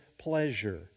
pleasure